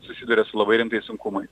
susiduria su labai rimtais sunkumai